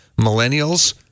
Millennials